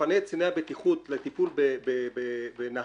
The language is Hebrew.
מפנה את קציני הבטיחות לטיפול בנהגים,